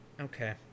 Okay